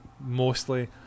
mostly